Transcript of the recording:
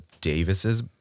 Davis's